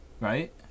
right